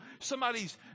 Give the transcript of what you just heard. somebody's